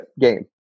game